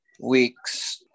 weeks